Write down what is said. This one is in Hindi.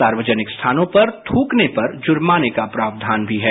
सार्वजनिक स्थानों पर थूकने पर जुर्माने का प्रावधान भी है